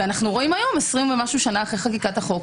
אנו רואים היום 20 ומשהו שנה אחרי חקיקת החוק,